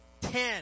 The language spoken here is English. ten